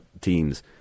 teams